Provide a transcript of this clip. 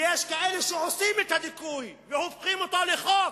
ויש כאלה שעושים את הדיכוי והופכים אותו לחוק.